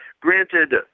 Granted